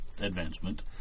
advancement